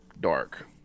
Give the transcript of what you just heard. dark